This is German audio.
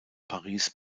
paris